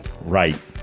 Right